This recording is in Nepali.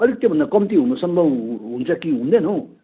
अलिक त्यो भन्दा कम्ती हुन सम्भव हुन्छ कि हुँदैन हौ